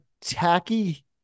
tacky